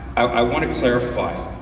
i want to clarify,